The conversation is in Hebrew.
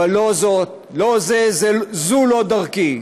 אבל זו לא דרכי.